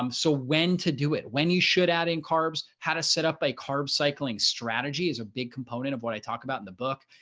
um so when to do it when you should add in carbs, how to set up a carb cycling strategy is a big component of what i talked about in the book,